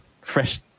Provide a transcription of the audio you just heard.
fresh